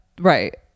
right